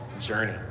journey